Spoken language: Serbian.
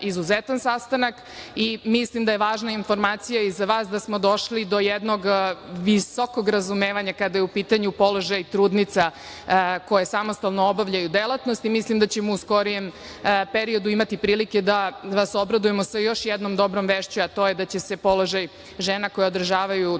izuzetan sastanak i mislim da je važna informacija i za vas da smo došli do jednog visokog razumevanja kada je u pitanju položaj trudnica koje samostalno obavljaju delatnost i mislim da ćemo u skorijem periodu imati prilike da vas obradujemo sa još jednom dobrom vešću, a to je da će se položaj žena koje održavaju trudnoću,